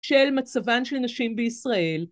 של מצבן של נשים בישראל.